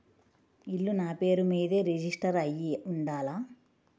ఇల్లు నాపేరు మీదే రిజిస్టర్ అయ్యి ఉండాల?